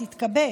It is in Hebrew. תתכבד,